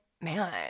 man